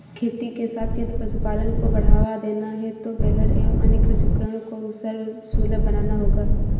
खेती के साथ यदि पशुपालन को बढ़ावा देना है तो बेलर एवं अन्य कृषि उपकरण को सर्वसुलभ बनाना होगा